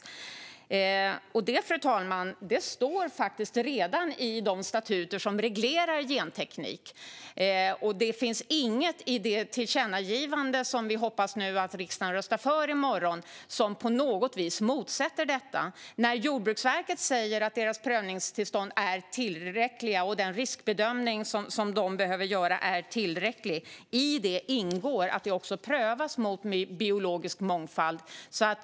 Det, fru talman, står faktiskt redan i de statuter som reglerar genteknik. Det finns inget i det tillkännagivande som vi hoppas att riksdagen i morgon röstar för som på något vis står i motsättning till detta. När Jordbruksverket säger att deras prövningstillstånd är tillräckliga och att den riskbedömning som de behöver göra är tillräcklig ingår det att detta också prövas mot biologisk mångfald.